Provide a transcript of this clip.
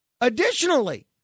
Additionally